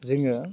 जोङो